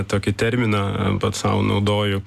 tokį terminą pats sau naudoju